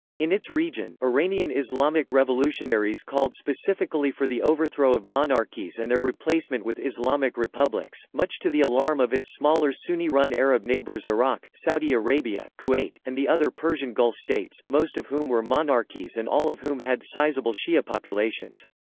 in its region, iranian islamic revolutionaries called specifically for the overthrow of monarchies and their replacement with islamic republics, much to the alarm of its smaller sunni-run arab neighbors iraq, saudi arabia, kuwait, and the other persian gulf states most of whom were monarchies and all of whom had sizable shi'a populations.